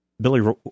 Billy